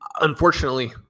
Unfortunately